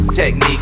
Technique